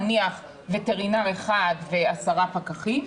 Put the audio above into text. נניח וטרינר אחד ו-10 פקחים,